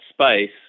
space